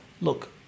Look